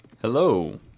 hello